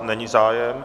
Není zájem.